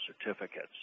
certificates